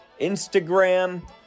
Instagram